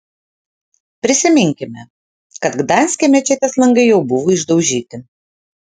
prisiminkime kad gdanske mečetės langai jau buvo išdaužyti